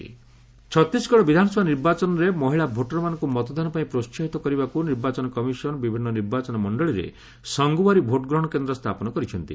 Chhattisgarh elections Chhattisgarh ବିଧାନସଭା ନିର୍ବାଚନରେ ମହିଳା ଭୋଟରମାନଙ୍କୁ ମତଦାନପାଇଁ ପ୍ରୋହାହିତ କରିବାକୁ ନିର୍ବାଚନ କମିଶନ ବିଭିନ୍ନ ନିର୍ବାଚନ ମଣ୍ଡଳିରେ ସଙ୍ଗଓ୍ୱାରୀ ଭୋଟ୍ଗ୍ରହଣ କେନ୍ଦ୍ର ସ୍ଥାପନ କରିଛନ୍ତି